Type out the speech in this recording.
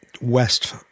west